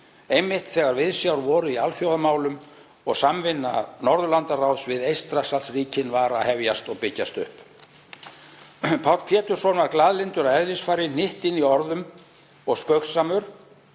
einmitt þegar viðsjár voru í alþjóðamálum og samvinna Norðurlandaráðs við Eystrasaltsríkin var að hefjast og byggjast upp. Páll Pétursson var glaðlyndur að eðlisfari, hnyttinn í orðum og spaugsamur